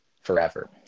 forever